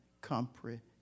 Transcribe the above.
comprehend